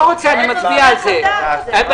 נצביע על זה.